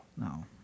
No